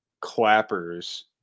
clappers